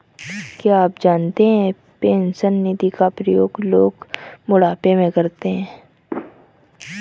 क्या आप जानते है पेंशन निधि का प्रयोग लोग बुढ़ापे में करते है?